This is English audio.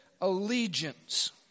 allegiance